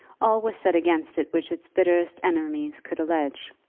all was said against it which its bitterest enemies could allege.